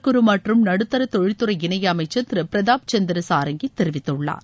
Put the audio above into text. குறு மற்றும் நடுத்தர தொழில்துறை இணையமைச்சர் திரு பிரதாப் சந்திர சாரங்கி தெரிவித்துள்ளார்